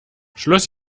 schluss